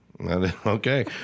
Okay